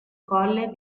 colle